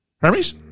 Hermes